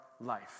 life